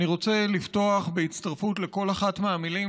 אני רוצה לפתוח בהצטרפות לכל אחת מהמילים